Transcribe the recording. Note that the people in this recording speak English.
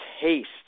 taste